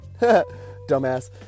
dumbass